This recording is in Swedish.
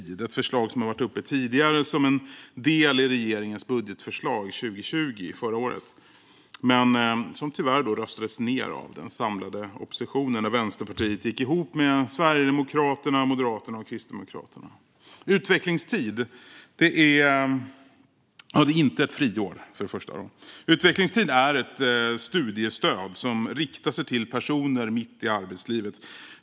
Det är ett förslag som har varit uppe tidigare som en del i regeringens budgetförslag för 2020 men som tyvärr röstades ned av den samlade oppositionen när Vänsterpartiet gick ihop med Sverigedemokraterna, Moderaterna och Kristdemokraterna. Utvecklingstid är inte ett friår. Utvecklingstid är ett studiestöd som riktar sig till personer mitt i arbetslivet.